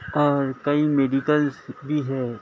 اور کئی میڈیکلس بھی ہے